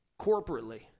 Corporately